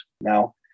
Now